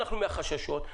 מהחששות,